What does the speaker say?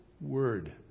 word